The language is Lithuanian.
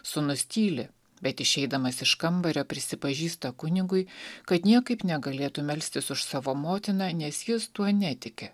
sūnus tyli bet išeidamas iš kambario prisipažįsta kunigui kad niekaip negalėtų melstis už savo motiną nes jis tuo netiki